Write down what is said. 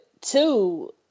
two